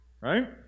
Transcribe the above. right